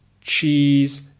cheese